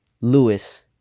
Lewis